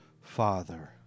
Father